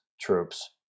troops